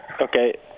Okay